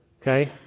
okay